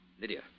Lydia